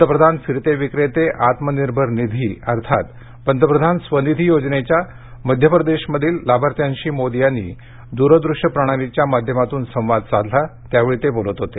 पंतप्रधान फिरते विक्रेते आत्मनिर्भर निधी अर्थात पंतप्रधान स्वनिधी योजनेच्या मध्य प्रदेशमधील लाभार्थ्यांशी मोदी यांनी द्रदूश्य प्रणालीच्या माध्यमातून संवाद साधला त्यावेळी ते बोलत होते